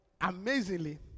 amazingly